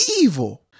evil